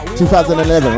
2011